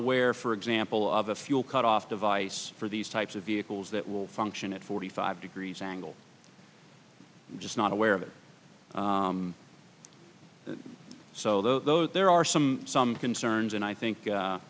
aware for example of a fuel cutoff device for these types of vehicles that will function at forty five degrees angle just not aware of it so those there are some some concerns and i think